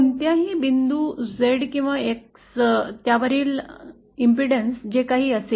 कोंत्याही बिंदूवर Z किंवा X त्यावरील अडथळा जे काही असेल